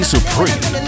Supreme